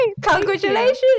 Congratulations